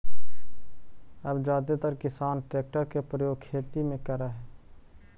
अब जादेतर किसान ट्रेक्टर के प्रयोग खेती में करऽ हई